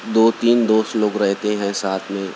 دو تین دوست لوگ رہتے ہیں ساتھ میں